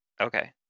Okay